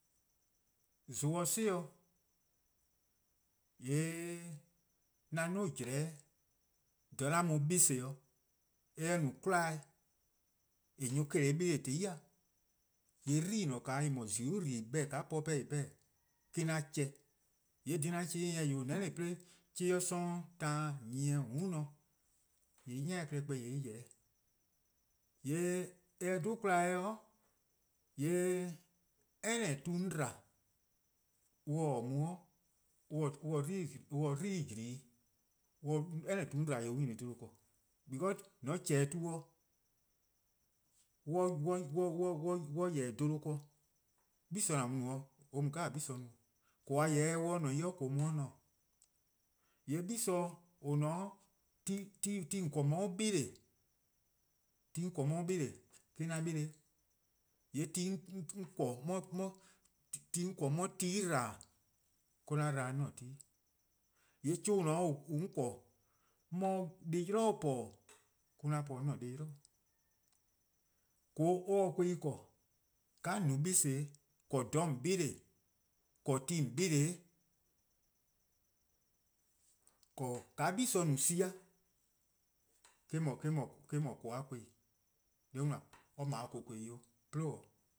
:Mor zon 'si-dih, :yee' 'an 'duo:-' 'jlehn :dha 'an mu-a 'beleh:, :mor eh no 'kwla'e :eh nyor se-a 'beleh :zai' :yee' dubu'+ :zolo' :dubu'+ :en 'beh-a :ka 'porno' beh :en 'beh-a :a 'o me-: an 'chehn. :yee' dhih 'an chehn-eh 'wee' :yoo:, :mor 'chuh+ 'ye 'sororn' taan :ne, :yee' 'ni-a klehkpeh yeh. :yee' :mor eh 'dhu 'kwla'e, :yee' any tu 'on dba-a' :mor on :taa mu on :se-' dubu'+ :jli 'i. any tu 'on dba-a :yee' on nyni 'bluhbor:, because :mor :on :chehn-dih tu-dih :mor on :yeh-dih 'bluhba ken gle :an mu-a no eh mo gle 'jeh :no. :koo:-a 'jeh :mor or :ne 'i :koo:-a mu 'de:. Yee' gle :dao' :eh :ne-a 'o ti :on :korn :on 'ye-a 'beleh:, ti 'on :korn 'on 'ye-a 'beleh: me-: 'an 'beleh-', ti 'on :korn 'on 'ye-a tu+-' :dba-dih, me-: 'an dba-dih 'an-a' tu+. :yee' 'chuh 'on :korn 'on 'ye-a deh+ 'yli :po-dih me-: an po-dih 'an-a' deh+ 'yli. :koo: se kwehin :korn. :ka :on no-a 'beleh-eh, 'dekorn: :dha :on 'beleh-a, 'dekorn: ti :on 'beleh-a, 'dekorn: :ka gla no-a sin-a, eh-: 'dhu :koo:-a 'kwehin. Deh an no-a :koo: 'ble 'kwehin 'o 'plo 'o. yoo: